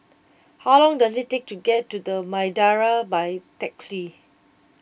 how long does it take to get to the Madeira by taxi